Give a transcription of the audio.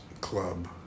club